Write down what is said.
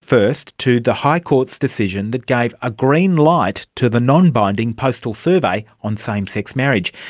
first, to the high court's decision that gave a green light to the non-binding postal survey on same-sex marriage,